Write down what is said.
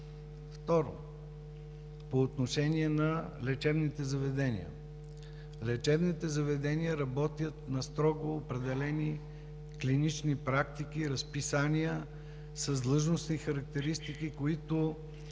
Второ, по отношение на лечебните заведения. Лечебните заведения работят на строго определени клинични практики и разписания с длъжностни характеристики, които